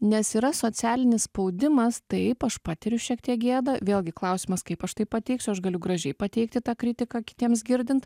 nes yra socialinis spaudimas taip aš patiriu šiek tiek gėdą vėlgi klausimas kaip aš tai pateiksiu aš galiu gražiai pateikti tą kritiką kitiems girdint